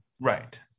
right